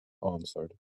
answered